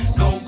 go